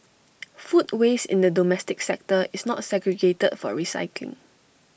food waste in the domestic sector is not segregated for recycling